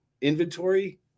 inventory